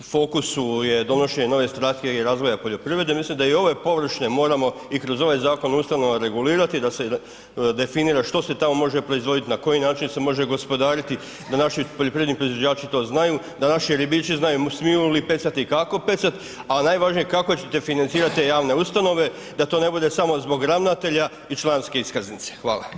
U fokusu je donošenje ove Strategije razvoja poljoprivrede, mislim da i ove površine moramo i kroz ovaj Zakon o ustanovama regulirati da se definira što se tamo može proizvoditi, na koji način se može gospodariti da naši poljoprivredni proizvođači to znaju, da naši ribiči znaju smiju li pecati i kako pecat a najvažnije kako ćete financirat te javne ustanove da to ne bude samo zbog ravnatelja i članske iskaznice?